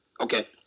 Okay